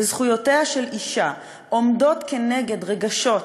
וזכויותיה של אישה עומדות כנגד רגשות